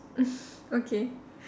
okay